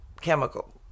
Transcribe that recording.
chemical